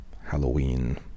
Halloween